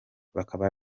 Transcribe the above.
bakaba